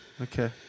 Okay